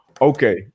okay